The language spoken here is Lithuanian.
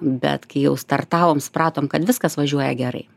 bet kai jau startavom supratom kad viskas važiuoja gerai